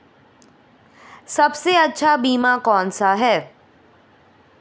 सबसे अच्छा बीमा कौनसा है?